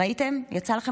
ראיתם?